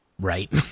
Right